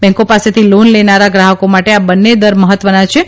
બેન્કોપાસેથી loan લેનારા ગ્રાહકોમાટે આ બન્ન્દેર મહત્વનાછે